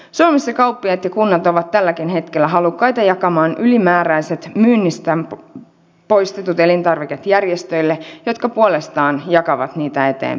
suomessa kauppiaat ja kunnat ovat tälläkin hetkellä halukkaita jakamaan ylimääräiset myynnistä poistetut elintarvikkeet järjestöille jotka puolestaan jakavat niitä eteenpäin